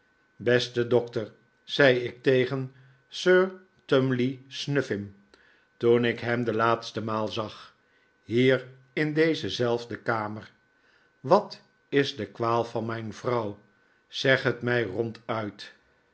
beste dokter zei ik tegen sir tumly snuffim toen ik hem de laatste maal zag hier in deze zelfde kamer wat is de kwaal van mijn vrouw zeg het mij ronduit